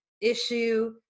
issue